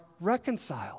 reconciled